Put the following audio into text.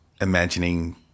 imagining